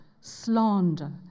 slander